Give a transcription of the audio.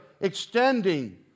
extending